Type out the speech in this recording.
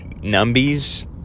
numbies